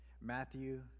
Matthew